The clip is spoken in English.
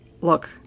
look